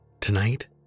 Tonight